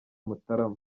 mutarama